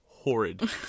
Horrid